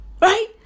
Right